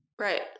Right